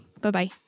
Bye-bye